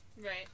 Right